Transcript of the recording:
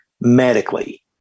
medically